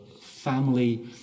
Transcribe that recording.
family